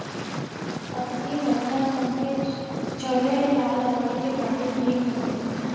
हतकी बच्चा सन के चले ला लकड़ी के गाड़ी निक होखेला